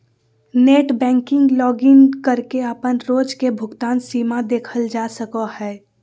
net banking login करके अपन रोज के भुगतान सीमा देखल जा सको हय